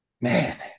Man